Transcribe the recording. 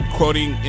quoting